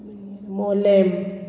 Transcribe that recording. मागीर मोलेम